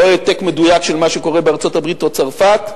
לא העתק מדויק של מה שקורה בארצות-הברית או בצרפת,